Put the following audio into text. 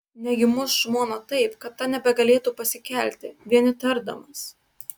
negi muš žmoną taip kad ta nebegalėtų pasikelti vien įtardamas